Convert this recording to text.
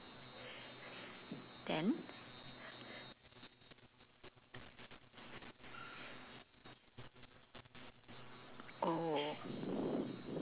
then oh